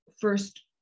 first